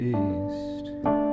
east